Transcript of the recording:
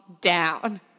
down